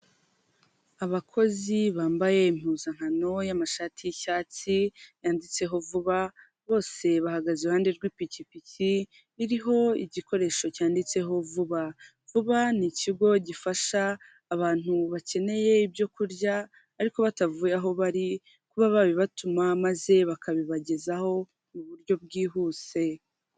Abakozi bambaye impuzankano y'amashati y'icyatsi yanditseho vuba, bose bahagaze iruhande rw'ikipikipi iriho igikoresho cyanditseho vuba. Vuba ni ikigo gifasha abantu bakeneye ibyo kurya ariko batavuye aho bari, kuba babibatuma, maze bakabibagezaho mu buryo bwihuse.